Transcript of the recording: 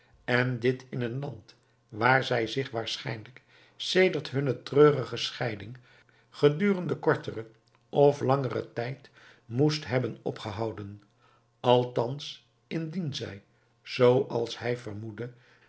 en dit in een land waar zij zich waarschijnlijk sedert hunne treurige scheiding gedurende korteren of langeren tijd moest hebben opgehouden althans indien zij zooals hij vermoedde